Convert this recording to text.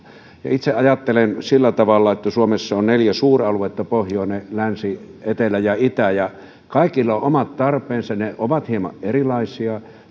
itse ajattelen sillä tavalla että suomessa on neljä suuraluetta pohjoinen länsi etelä ja itä ja kaikilla on omat tarpeensa ne ovat hieman erilaisia